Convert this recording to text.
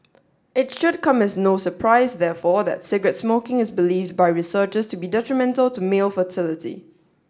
it should come as no surprise therefore that cigarette smoking is believed by researchers to be detrimental to male fertility